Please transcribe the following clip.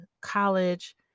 college